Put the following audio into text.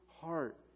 heart